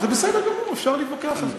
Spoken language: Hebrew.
זה בסדר גמור, אפשר להתווכח על זה.